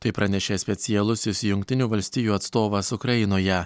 tai pranešė specialusis jungtinių valstijų atstovas ukrainoje